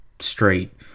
straight